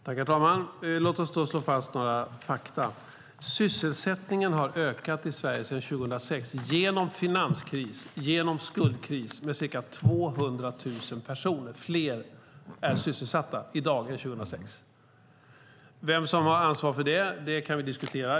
Herr talman! Låt oss då slå fast några fakta. Sysselsättningen har ökat i Sverige sedan 2006 genom finanskris och genom skuldkris. Ca 200 000 personer fler är sysselsatta i dag än 2006. Vem som har ansvar för det kan vi diskutera.